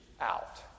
out